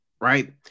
right